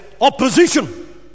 opposition